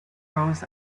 rows